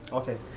okay,